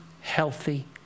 healthy